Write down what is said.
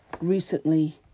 recently